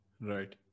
Right